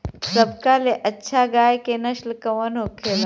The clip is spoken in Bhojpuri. सबका ले अच्छा गाय के नस्ल कवन होखेला?